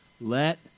Let